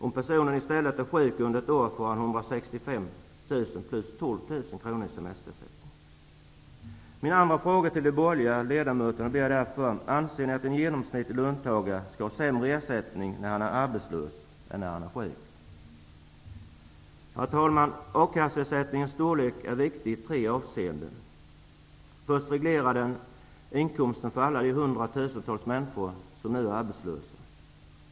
Om personen i stället är sjuk under ett år får han 165 000 plus ca 12 000 kr i semesterersättning. Min andra fråga till de borgerliga blir därför: Anser ni att en genomsnittlig löntagare skall ha sämre ersättning när han är arbetslös än när han är sjuk? Herr talman! A-kasseersättningens storlek är viktig i tre avseenden. Först reglerar den inkomsten för alla de hundratusentals människor som nu är arbetslösa.